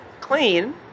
clean